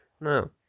No